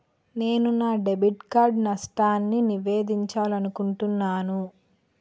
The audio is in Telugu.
నేను నా డెబిట్ కార్డ్ నష్టాన్ని నివేదించాలనుకుంటున్నాను